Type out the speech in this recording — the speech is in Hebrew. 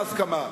בהסכמה.